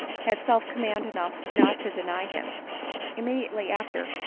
had self-command enough not to deny him immediately after,